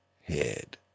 head